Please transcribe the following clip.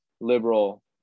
liberal